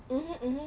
mmhmm mmhmm